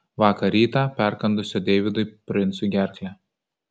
vakar rytą perkandusio deividui princui gerklę